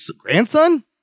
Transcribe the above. grandson